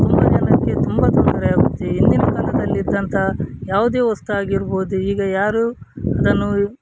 ತುಂಬ ಜನಕ್ಕೆ ತುಂಬ ತೊಂದರೆಯಾಗುತ್ತೆ ಹಿಂದಿನ ಕಾಲದಲ್ಲಿ ಇದ್ದಂತಹ ಯಾವುದೇ ವಸ್ತು ಆಗಿರ್ಬೋದು ಈಗ ಯಾರು ಅದನ್ನು